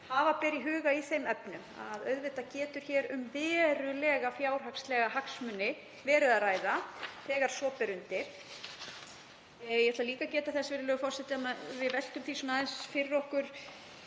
hafa ber í huga í þeim efnum að auðvitað getur hér verið um verulega fjárhagslega hagsmuni að ræða þegar svo ber undir. Ég ætla líka að geta þess, virðulegur forseti, að við veltum því aðeins fyrir okkur